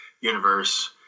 universe